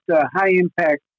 high-impact